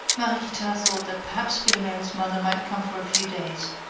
mariequita thought that perhaps philomel's mother might come for a few days,